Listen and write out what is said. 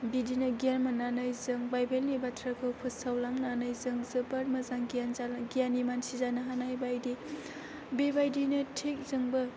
बिदिनो गियान मोननानै जों बाइबेलनि बाथ्राखौ फोसावलांनानै जों जोबोद मोजाङै गियान जालांनो गियानि मानसि जानो हानाय बायदि बेबायदिनो थिक जोंबो